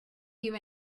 you